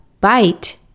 bite